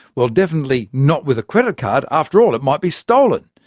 well, definitely not with a credit card after all, it might be stolen.